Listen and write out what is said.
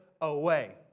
away